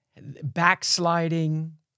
backsliding